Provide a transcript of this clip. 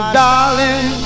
darling